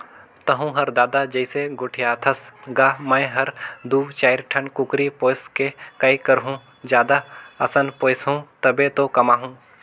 तहूँ हर ददा जइसे गोठियाथस गा मैं हर दू चायर ठन कुकरी पोयस के काय करहूँ जादा असन पोयसहूं तभे तो कमाहूं